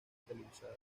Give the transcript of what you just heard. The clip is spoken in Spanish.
televisada